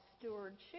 stewardship